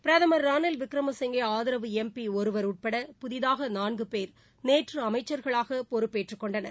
பிரதமா் ரணில்விக்ரமசிங்கே ஆதரவு எம்பி ஒருவா் உட்பட புதிதாக நான்கு பேர் நேற்று அமைச்சர்களாக பொறுப்பேற்றுக் கொண்டனர்